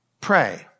pray